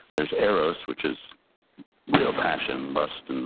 there's eros, which is real passion, lust, and